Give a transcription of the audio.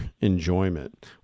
enjoyment